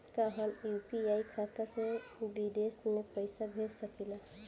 का हम यू.पी.आई खाता से विदेश म पईसा भेज सकिला?